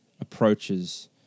approaches